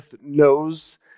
knows